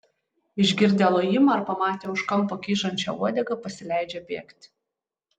išgirdę lojimą ar pamatę už kampo kyšančią uodegą pasileidžia bėgti